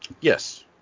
Yes